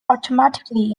automatically